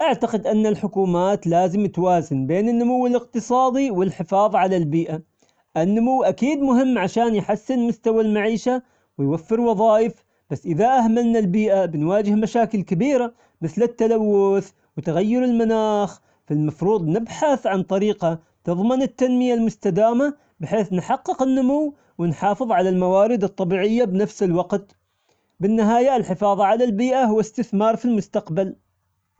أعتقد أن الحكومات لازم توازن بين النمو الإقتصادي والحفاظ على البيئة، النمو أكيد مهم عشان يحسن مستوى المعيشة ويوفر وظائف، بس إذا أهملنا البيئة بنواجه مشاكل كبيرة مثل التلوث وتغير المناخ، فالمفروض نبحث عن طريقة تظمن التنمية المستدامة بحيث نحقق النمو ونحافظ على الموارد الطبيعية بنفس الوقت، بالنهاية الحفاظ على البيئة هو استثمار في المستقبل.